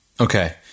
Okay